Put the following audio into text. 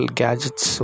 gadgets